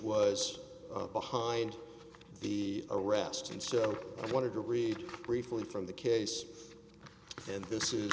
was behind the arrests and so i wanted to read briefly from the case and this is